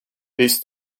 this